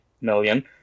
million